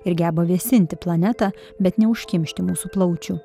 ir geba vėsinti planetą bet neužkimšti mūsų plaučių